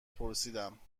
پرسیدم